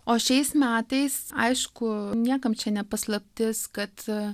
o šiais metais aišku niekam čia ne paslaptis kad